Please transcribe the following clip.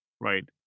right